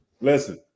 listen